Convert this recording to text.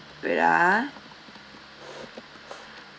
wait ah